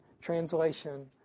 translation